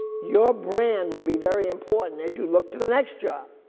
your brand will be very important as you look to the next job.